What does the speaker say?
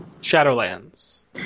Shadowlands